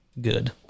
good